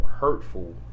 hurtful